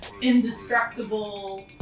indestructible